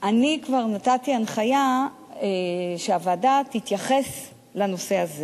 אני כבר נתתי הנחיה שהוועדה תתייחס לנושא הזה.